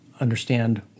understand